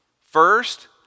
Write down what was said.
First